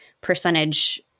percentage